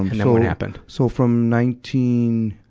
and then, what happened? so from nineteen,